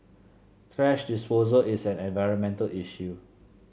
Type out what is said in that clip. thrash disposal is an environmental issue